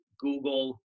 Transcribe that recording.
Google